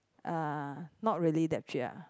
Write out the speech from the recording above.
uh not really that cheap ah